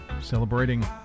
celebrating